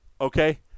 okay